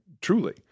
truly